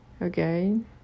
again